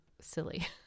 silly